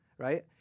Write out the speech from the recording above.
Right